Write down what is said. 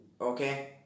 okay